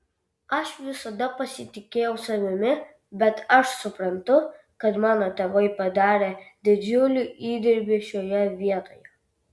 aš visada pasitikėjau savimi bet aš suprantu kad mano tėvai padarė didžiulį įdirbį šioje vietoje